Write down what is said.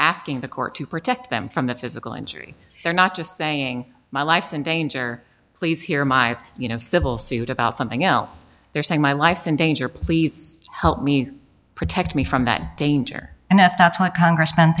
asking the court to protect them from the physical injury they're not just saying my life's in danger please hear my you know civil suit about something else they're saying my life's in danger please help me protect me from that danger and if that's what congressman